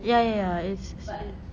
ya ya ya it's safe